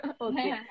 okay